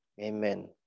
Amen